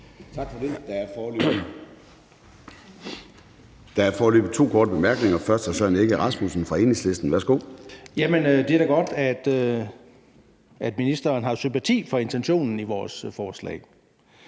Tak for det. Der er foreløbig to korte bemærkninger. Den første er fra hr. Søren Egge Rasmussen fra Enhedslisten. Værsgo. Kl. 10:17 Søren Egge Rasmussen (EL): Jamen det er da godt, at ministeren har sympati for intentionen i vores forslag